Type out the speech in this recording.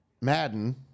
madden